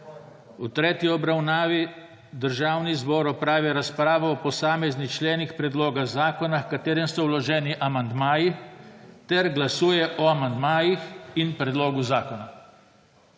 »V tretji obravnavi Državni zbor opravi razpravo o posameznih členih predloga zakona ha katerem so vloženi amandmaji ter glasuje o amandmajih in predlogu zakona.«